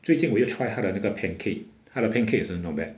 最近我又 try 他的那个 pancake 他的 pancake 也是 not bad